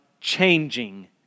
changing